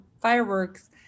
fireworks